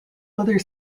other